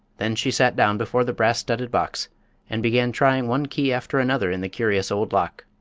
then she sat down before the brass-studded box and began trying one key after another in the curious old lock.